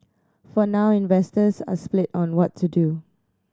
for now investors are split on what to do